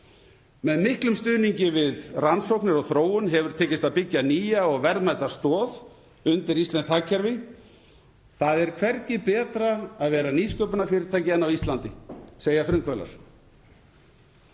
Með miklum stuðningi við rannsóknir og þróun hefur tekist að byggja nýja og verðmæta stoð undir íslenskt hagkerfi. Það er hvergi betra að vera nýsköpunarfyrirtæki en á Íslandi, segja frumkvöðlar.